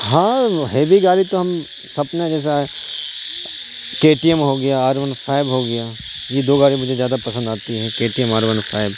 ہاں ہیوی گاڑی تو ہم سپنے جیسا کے ٹی ایم ہو گیا آر ون فائیو ہو گیا یہ دو گاڑی مجھے زیادہ پسند آتی ہے K T M R one five